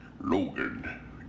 Logan